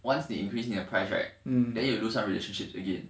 once 你 increase 你的 price right then you lose up relationship again